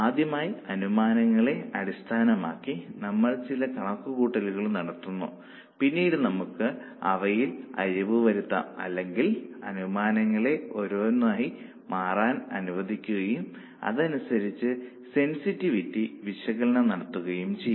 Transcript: ആദ്യമായി അനുമാനങ്ങളെ അടിസ്ഥാനമാക്കി നമ്മൾ ചില കണക്കുകൂട്ടലുകൾ നടത്തുന്നു പിന്നീട് നമുക്ക് അവയിൽ അയവു വരുത്താം അല്ലെങ്കിൽ അനുമാനങ്ങളെ ഓരോന്നോരോന്നായി മാറാൻ അനുവദിക്കുകയും അതനുസരിച്ച് സെൻസിറ്റിവിറ്റി വിശകലനം നടത്തുകയും ചെയ്യാം